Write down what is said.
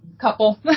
couple